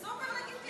סופר-לגיטימי.